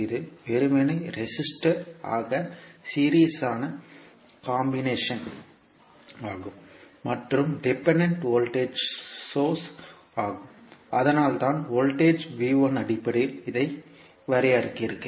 இது வெறுமனே ரெஸிஸ்டர் இன் சீரிஸ்யான காம்பினேஷன் ஆகும் மற்றும் டிபெண்டன்ட் வோல்டேஜ் சோர்ஸ் ஆகும் அதனால்தான் வோல்டேஜ் அடிப்படையில் இதை வரையறுக்கிறீர்கள்